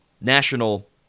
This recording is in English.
national